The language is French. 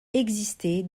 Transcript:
exister